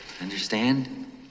Understand